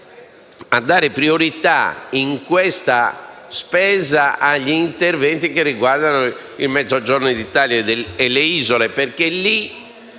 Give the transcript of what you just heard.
a dare priorità, in questa spesa, agli interventi che riguardano il Mezzogiorno d’Italia e le isole, dove vi